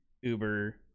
Uber